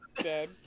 dead